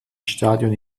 stadion